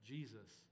Jesus